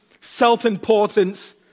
self-importance